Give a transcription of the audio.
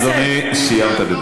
אדוני, סיימת לדבר.